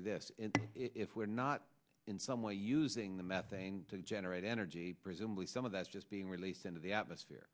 be this if we're not in some way using the methane to generate energy presumably some of that's just being released into the atmosphere